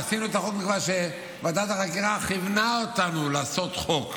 ועשינו את החוק מכיוון שוועדת החקירה כיוונה אותנו לעשות חוק.